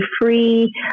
free